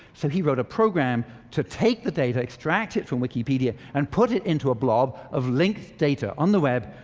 so he wrote a program to take the data, extract it from wikipedia, and put it into a blob of linked data on the web,